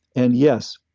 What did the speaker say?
and yes,